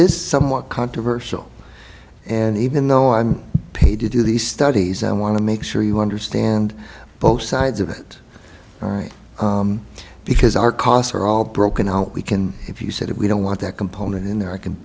is somewhat controversial and even though i'm paid to do these studies i want to make sure you understand both sides of it all right because our costs are all broken out we can if you said if we don't want that component in there i c